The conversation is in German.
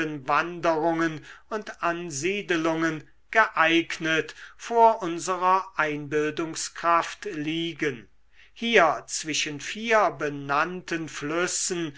wanderungen und ansiedelungen geeignet vor unserer einbildungskraft liegen hier zwischen vier benannten flüssen